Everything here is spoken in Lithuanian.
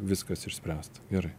viskas išspręsta gerai